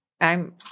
I'm-